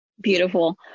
Beautiful